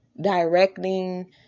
directing